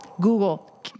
Google